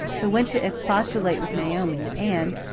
who went to expostulate with naomi, and,